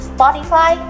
Spotify